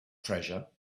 treasure